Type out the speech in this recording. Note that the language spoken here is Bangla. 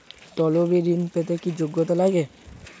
তলবি ঋন পেতে কি যোগ্যতা লাগে?